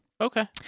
Okay